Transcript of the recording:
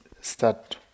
start